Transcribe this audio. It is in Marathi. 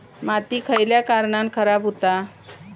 माती खयल्या कारणान खराब हुता?